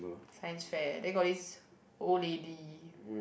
science fair then got this old lady